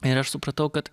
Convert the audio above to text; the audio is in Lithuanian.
ir aš supratau kad